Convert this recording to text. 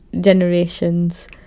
generations